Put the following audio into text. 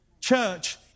Church